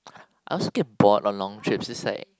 I also get bored on long trips it's like